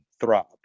throb